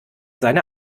seine